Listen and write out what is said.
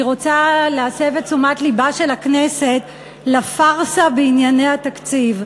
אני רוצה להסב את תשומת לבה של הכנסת לפארסה בענייני התקציב.